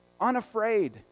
unafraid